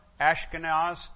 Ashkenaz